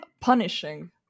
punishing